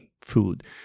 food